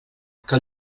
que